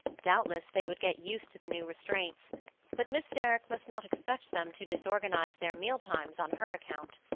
doubtless they would get used to the new restraints but miss derrick must not expect them to disorganise their mealtimes on her account.